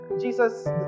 jesus